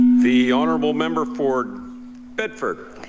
the honourable member for bedford.